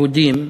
יהודים,